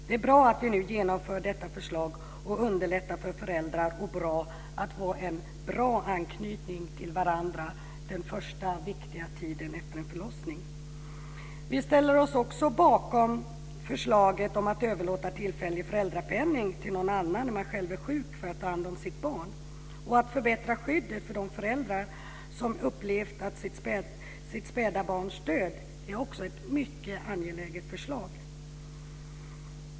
Det är bra att vi nu genomför detta förslag och underlättar för föräldrar att vara en bra anknytning till varandra den första viktiga tiden efter en förlossning. Vi ställer oss också bakom förslaget om att överlåta tillfällig föräldrapenning till någon annan när man själv är för sjuk för att ta hand om sitt barn. Att förbättra skyddet för de föräldrar som upplevt sitt späda barns död är också ett mycket angeläget förslag.